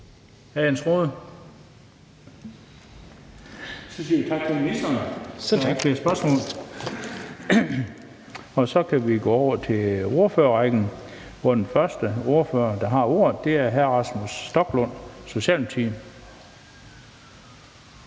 Hr. Jens Rohde? Så siger vi tak til ministeren. Der er ikke flere spørgsmål. Så kan vi gå over til ordførerrækken, hvor den første ordfører, der har ordet, er hr. Rasmus Stoklund, Socialdemokratiet.